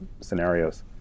scenarios